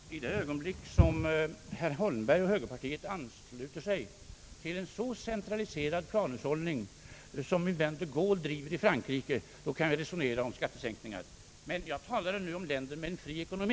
Herr talman! I det ögonblick som herr Holmberg och högerpartiet ansluter sig till en så centraliserad planhushållning som den de Gaulle driver i Frankrike, kan vi resonera om skattesänkningar. Jag talade nu dock om länder med fri ekonomi.